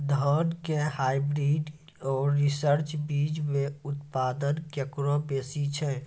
धान के हाईब्रीड और रिसर्च बीज मे उत्पादन केकरो बेसी छै?